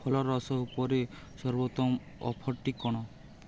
ଫଳରସ ଉପରେ ସର୍ବୋତ୍ତମ ଅଫର୍ଟି କ'ଣ